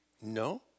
No